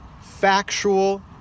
factual